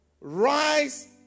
rise